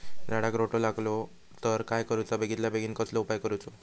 झाडाक रोटो लागलो तर काय करुचा बेगितल्या बेगीन कसलो उपाय करूचो?